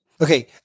okay